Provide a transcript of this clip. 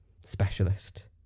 specialist